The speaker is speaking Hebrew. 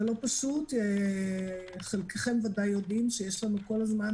זה לא פשוט, חלקכם בוודאי יודעים שיש לנו כל הזמן